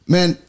Man